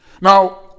Now